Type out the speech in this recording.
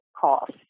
cost